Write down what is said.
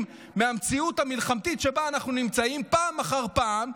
מהמציאות המלחמתית שבה אנחנו נמצאים פעם אחר פעם,